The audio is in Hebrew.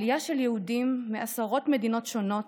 עלייה של יהודים מעשרות מדינות שונות,